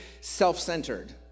self-centered